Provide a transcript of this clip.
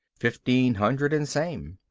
fifteen hundred and same.